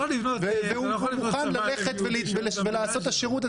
והוא מוכן ללכת ולעשות את השירות הזה.